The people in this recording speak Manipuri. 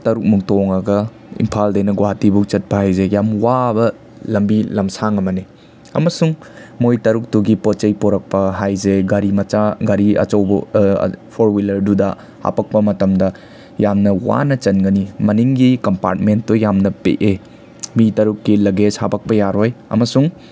ꯇꯔꯨꯛꯃꯨꯛ ꯇꯣꯡꯉꯒ ꯏꯝꯐꯥꯜꯗꯩꯅ ꯒꯨꯍꯥꯇꯤꯐꯧ ꯆꯠꯄ ꯍꯥꯏꯁꯦ ꯌꯥꯝ ꯋꯥꯕ ꯂꯝꯕꯤ ꯂꯝꯁꯥꯡ ꯑꯃꯅꯦ ꯑꯃꯁꯨꯡ ꯃꯣꯏ ꯇꯔꯨꯛꯇꯨꯒꯤ ꯄꯣꯠ ꯆꯩ ꯄꯣꯔꯛꯄ ꯍꯥꯏꯁꯦ ꯒꯥꯔꯤ ꯃꯆꯥ ꯒꯥꯔꯤ ꯑꯆꯧꯕ ꯐꯣꯔ ꯋꯤꯂꯔꯗꯨꯗ ꯍꯥꯄꯛꯄ ꯃꯇꯝꯗ ꯌꯥꯝꯅ ꯋꯥꯅ ꯆꯟꯒꯅꯤ ꯃꯅꯤꯡꯒꯤ ꯀꯝꯄꯥꯔꯠꯃꯦꯟꯇꯣ ꯌꯥꯝꯅ ꯄꯤꯛꯑꯦ ꯃꯤ ꯇꯔꯨꯛꯀꯤ ꯂꯒꯦꯖ ꯍꯥꯄꯛꯄ ꯌꯥꯔꯣꯏ ꯑꯃꯁꯨꯡ